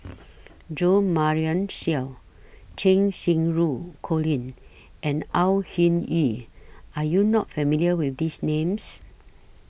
Jo Marion Seow Cheng Xinru Colin and Au Hing Yee Are YOU not familiar with These Names